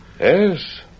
Yes